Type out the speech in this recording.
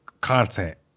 content